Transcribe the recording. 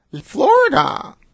Florida